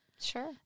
Sure